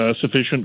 sufficient